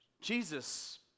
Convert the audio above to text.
Jesus